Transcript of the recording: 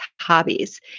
hobbies